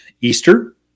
Easter